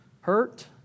hurt